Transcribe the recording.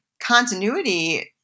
continuity